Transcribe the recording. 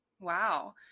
Wow